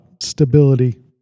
stability